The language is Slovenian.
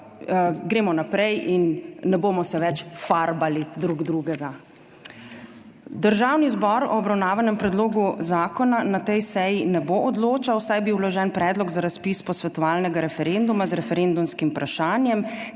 gremo zdaj naprej in ne bomo več farbali drug drugega. Državni zbor o obravnavanem predlogu zakona na tej seji ne bo odločal, saj je bil vložen predlog za razpis posvetovalnega referenduma z referendumskim vprašanjem,